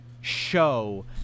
show